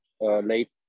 late